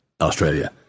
Australia